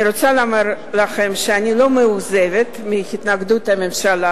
אני רוצה לומר לכם שאני לא מאוכזבת מהתנגדות הממשלה,